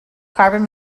carbon